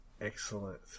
Excellent